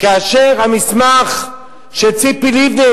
כאשר המסמך של ציפי לבני,